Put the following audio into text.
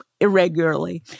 irregularly